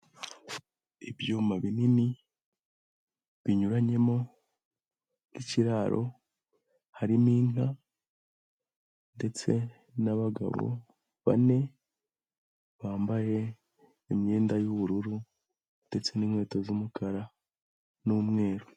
Ibyuma binini binyuranyemo n'ikiraro, harimo inka ndetse n'abagabo bane, bambaye imyenda y'ubururu ndetse n'inkweto z'umukara n'umweru.